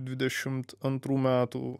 dvidešimt antrų metų